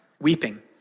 weeping